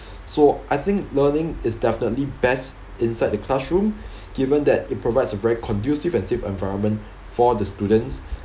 so I think learning is definitely best inside the classroom given that it provides a very conducive and safe environment for the students